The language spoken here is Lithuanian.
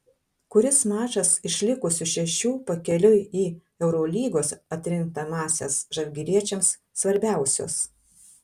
kuris mačas iš likusių šešių pakeliui į eurolygos atkrintamąsias žalgiriečiams svarbiausias